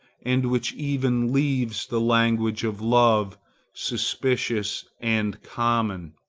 and which even leaves the language of love suspicious and common,